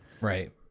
Right